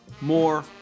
more